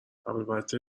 البته